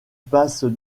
passe